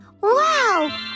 Wow